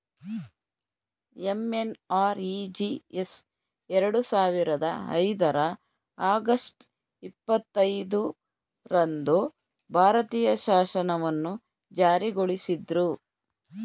MNREGS ಎರಡು ಸಾವಿರದ ಐದರ ಆಗಸ್ಟ್ ಇಪ್ಪತ್ತೈದು ರಂದು ಭಾರತೀಯ ಶಾಸನವನ್ನು ಜಾರಿಗೊಳಿಸಿದ್ರು